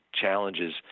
challenges